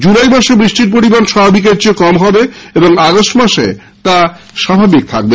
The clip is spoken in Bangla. জুলাই মাসে বৃষ্টির পারিমাণ স্বাভাবিকের চেয়ে কম এবং আগষ্ট মাসে তা স্বাভাবিক হবে